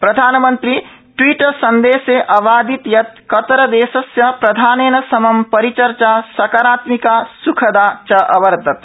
प्रधानमन्त्री ट्वीट् सन्देशे अवादीत् यत् कतरदेशस्य प्रधानेन समं रिचर्चा सकारात्मिका सुखदा च अवर्तत